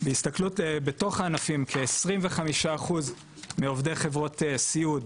בהסתכלות בתוך הענפים כ- 25% מעובדי חברות סיעוד